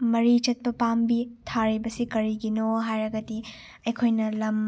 ꯃꯔꯤ ꯆꯠꯄ ꯄꯥꯝꯕꯤ ꯊꯥꯔꯤꯕꯁꯤ ꯀꯔꯤꯒꯤꯅꯣ ꯍꯥꯏꯔꯒꯗꯤ ꯑꯩꯈꯣꯏꯅ ꯂꯝ